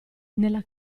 nella